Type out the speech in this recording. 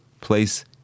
place